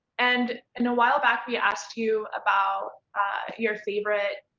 and and a while back, we asked you about your favourite